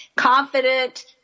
confident